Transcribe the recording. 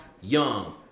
Young